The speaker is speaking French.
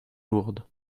lourde